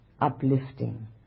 uplifting